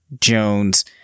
Jones